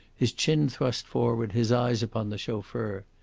his chin thrust forward, his eyes upon the chauffeur.